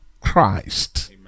christ